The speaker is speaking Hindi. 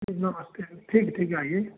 नमस्ते ठीक है ठीक है आइए